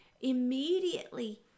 immediately